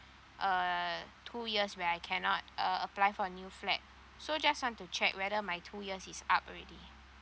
uh two years where I cannot uh apply for new flat so just want to check whether my two years is up already